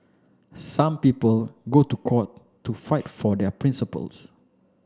some people go to court to fight for their principles